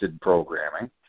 programming